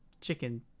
chicken